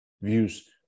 views